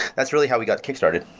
that's really how we got kick-started